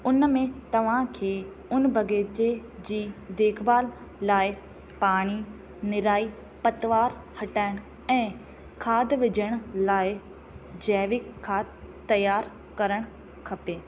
उन में तव्हां खे उन बगीचे जी देखभाल लाइ निराई पतवार हटाइण ऐं खाध विझण लाइ जैविक खाध तयारु करणु खपे